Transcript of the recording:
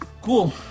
Cool